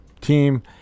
team